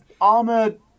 armored